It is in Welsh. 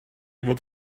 fod